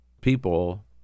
people